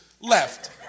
Left